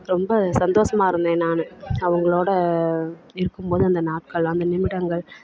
ரொம்ப சந்தோஷமா இருந்தேன் நான் அவங்களோடு இருக்கும்போது அந்த நாட்கள் அந்த நிமிடங்கள்